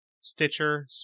Stitcher